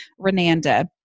Renanda